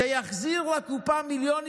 וזה יחזיר לקופה מיליונים,